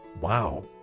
Wow